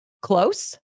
close